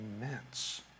immense